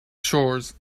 shores